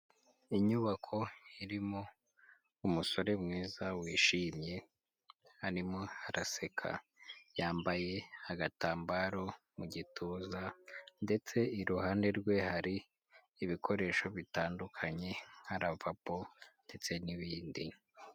Inyubako irimo umusore mwiza wishimye arimo araseka, yambaye agatambaro mu gituza ndetse iruhande rwe hari ibikoresho bitandukanye nka ravabo ndetse n'ibindi.